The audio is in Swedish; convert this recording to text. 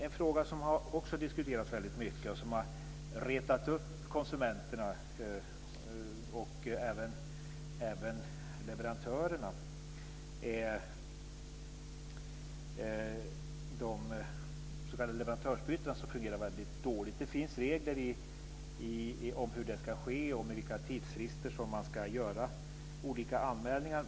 En fråga som också har diskuterats mycket och som har retat upp konsumenterna och även leverantörerna är de s.k. leverantörsbytena. De fungerar väldigt dåligt. Det finns regler om hur de ska ske och med vilka tidsfrister som man ska göra olika anmälningar.